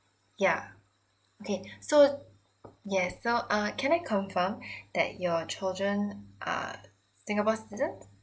yeah okay so yes so uh can I confirm that your children are singapore's citizens